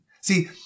See